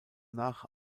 nach